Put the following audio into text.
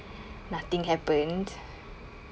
nothing happened